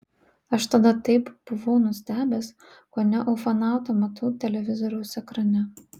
aš tada taip buvau nustebęs kone ufonautą matau televizoriaus ekrane